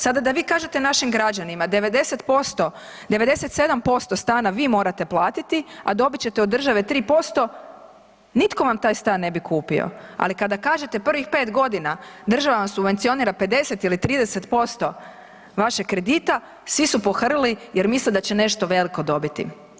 Sada da vi kažete našim građanima 90%, 97% stana vi morate platiti, a dobit ćete od države 3% nitko vam taj stan ne bi kupio, ali kada kažete prvih 5.g. država vam subvencionira 50 ili 30% vašeg kredita svi su pohrlili jer misle da će nešto veliko dobiti.